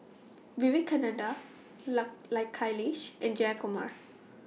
Vivekananda Kailash and Jayakumar